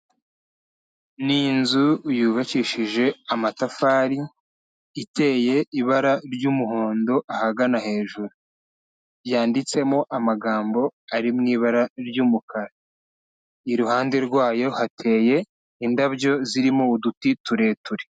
Ni inzu yubakishije amatafari, iteye ibara ry'umuhondo ahagana hejuru. Yanditsemo amagambo ari mu ibara ry'umukara, iruhande rwayo hateye indabyo zirimo uduti tureture.